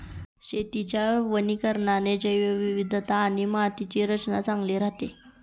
शेतीच्या वनीकरणाने जैवविविधता आणि मातीची रचना चांगली राहते